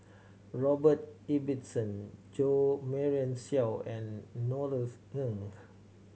Robert Ibbetson Jo Marion Seow and Norothy Ng